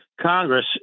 Congress